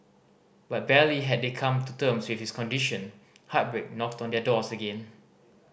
but barely had they come to terms with his condition heartbreak knocked on their doors again